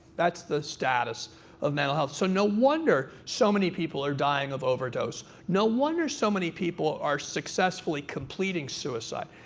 that's the status of mental health. so no wonder so many people are dying of overdose. no wonder so many people are successfully completing suicide.